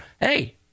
hey